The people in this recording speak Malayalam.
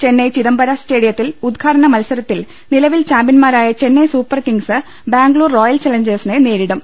ചെന്നൈ ചിദംബര സ്റ്റേഡിയത്തിൽ ഉദ്ഘാടന മത്സരത്തിൽ നിലവിൽ ചാമ്പ്യൻമാരായ ചെന്നൈ സൂപ്പർകിംഗ്സ് ബാംഗ്ലൂർ റോയൽ ചലഞ്ചേഴ്സിനെ നേരിടും